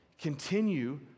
continue